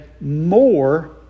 more